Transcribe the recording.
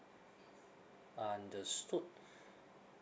understood